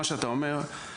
מה שאתה אומר,